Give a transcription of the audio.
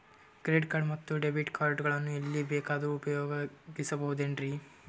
Credit card ಮತ್ತು debit card ಗಳನ್ನು ಎಲ್ಲಿ ಬೇಕಾದ್ರು ಉಪಯೋಗಿಸಬಹುದೇನ್ರಿ?